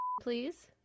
Please